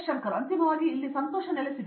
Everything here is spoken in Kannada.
ಶಂಕರನ್ ಅಂತಿಮವಾಗಿ ಇಲ್ಲಿ ಸಂತೋಷದ ನೆಲೆಸಿದೆ